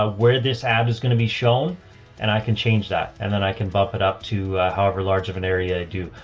where this ad is going to be shown and i can change that and then i can bump it up to a however large of an area i do.